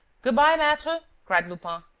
good-bye, maitre! cried lupin.